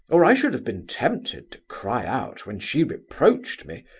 or i should have been tempted to cry out, when she reproached me,